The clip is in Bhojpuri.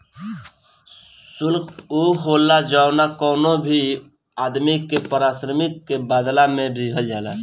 शुल्क उ होला जवन कवनो भी आदमी के पारिश्रमिक के बदला में दिहल जाला